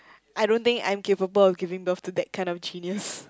I don't think I'm capable of giving birth to that kind of genius